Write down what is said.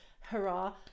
hurrah